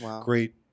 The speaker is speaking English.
great